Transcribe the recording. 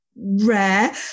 rare